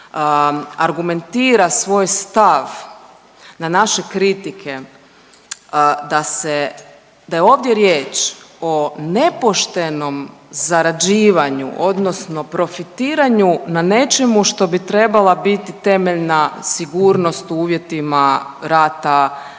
argumentira svoj stav na naše kritike da se da je ovdje riječ o nepoštenom zarađivanju odnosno profitiranju na nečemu što bi trebala biti temeljna sigurnost u uvjetima rata,